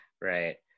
Right